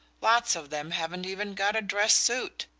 lots of them haven't even got a dress-suit.